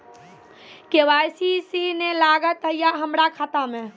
KYC ने न लागल या हमरा खाता मैं?